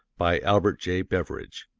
by albert j. beveridge.